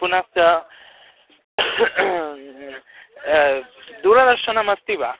पुनश्च दूरदर्शनमस्ति वा